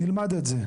נלמד את זה.